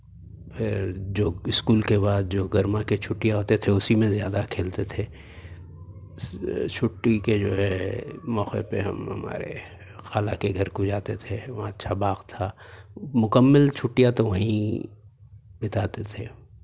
پھر جو اسکول کے بعد جو گرما کے چھٹیاں ہوتے تھے اسی میں زیادہ کھیلتے تھے چھٹی کے جو ہے موقعے پہ ہم ہمارے خالہ کے گھر کو جاتے تھے وہاں اچھا باغ تھا مکمل چھٹیاں تو وہیں بتاتے تھے